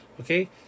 Okay